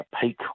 peak